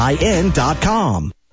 IN.com